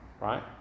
right